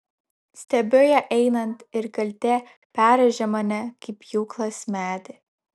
stebiu ją einant ir kaltė perrėžia mane kaip pjūklas medį